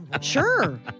Sure